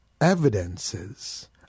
evidences